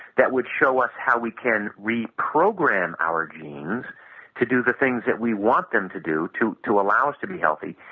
that would show us how we can reprogram our genes to do the things that we want them to do to to allow us to be healthy,